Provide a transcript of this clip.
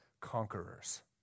conquerors